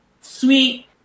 sweet